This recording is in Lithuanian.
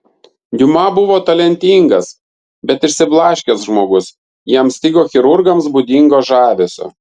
diuma buvo talentingas bet išsiblaškęs žmogus jam stigo chirurgams būdingo žavesio